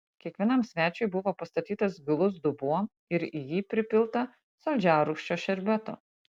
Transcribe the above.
kiekvienam svečiui buvo pastatytas gilus dubuo ir į jį pripilta saldžiarūgščio šerbeto